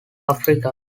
africa